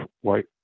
white